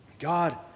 God